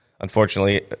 Unfortunately